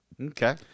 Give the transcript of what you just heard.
Okay